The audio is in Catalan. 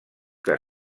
que